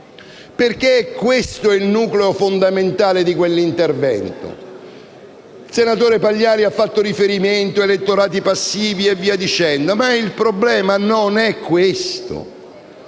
Infatti questo è il nucleo fondamentale di quell'intervento. Il senatore Pagliari ha fatto riferimento agli elettorati passivi e quant'altro, ma il problema non è questo.